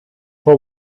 for